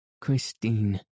Christine